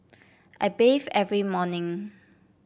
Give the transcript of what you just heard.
I bathe every morning